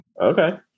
Okay